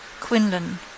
Quinlan